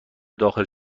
داخل